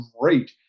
Great